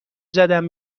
زدن